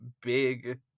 big